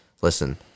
Listen